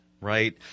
right